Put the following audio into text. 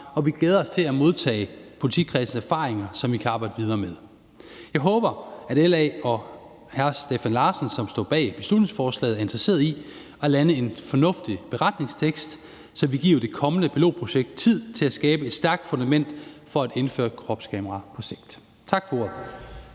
og vi glæder os til at modtage politikredsenes erfaringer, som vi kan arbejde videre med. Jeg håber, at LA og hr. Steffen Larsen, som står bag beslutningsforslaget, er interesseret i at lande en fornuftig beretningstekst, som vil give det kommende pilotprojekt tid til at skabe et stærkt fundament for at indføre kropskameraer på sigt. Tak for